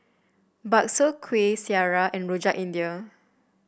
bakso Kuih Syara and Rojak India